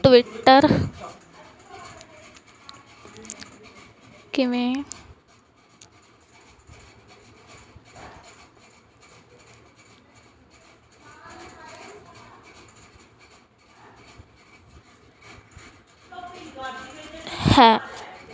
Twitter ਕਿਵੇਂ ਹੈ